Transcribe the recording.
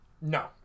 no